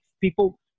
People